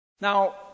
Now